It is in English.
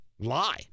lie